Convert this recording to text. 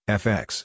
fx